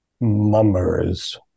mummers